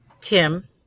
Tim